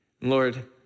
Lord